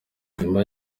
nyuma